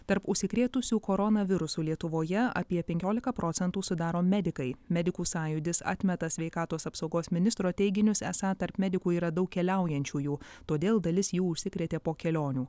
tarp užsikrėtusių koronavirusu lietuvoje apie penkioliką procentų sudaro medikai medikų sąjūdis atmeta sveikatos apsaugos ministro teiginius esą tarp medikų yra daug keliaujančiųjų todėl dalis jų užsikrėtė po kelionių